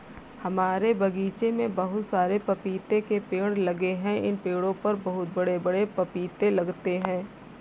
हमारे बगीचे में बहुत सारे पपीते के पेड़ लगे हैं इन पेड़ों पर बहुत बड़े बड़े पपीते लगते हैं